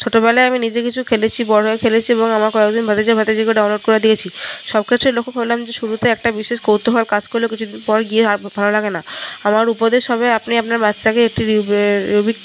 ছোটোবেলায় আমি নিজে কিছু খেলেছি বড়ো হয়ে খেলেছি এবং আমার কতজন ভাতিজা ভাতিজিকেও ডাউনলোড করে দিয়েছি সবকিছুই লক্ষ্য করলাম যে শুরুতে একটা বিশেষ কৌতুহল কাজ করলেও কিছুদিন পর গিয়ে আর ভালো লাগে না আমার উপদেশ হবে আপনি আপনার বাচ্চাকে একটি রুবি রুবিক